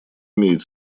имеет